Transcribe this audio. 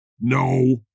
No